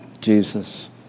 Jesus